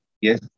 yes